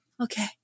okay